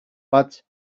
but